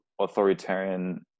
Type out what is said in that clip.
authoritarian